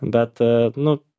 bet a nu